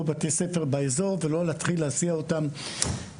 בתי ספר באזור ולא להתחיל להסיע את התלמידים למרחקים.